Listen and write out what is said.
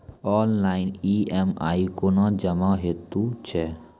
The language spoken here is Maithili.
ऑनलाइन ई.एम.आई कूना जमा हेतु छै?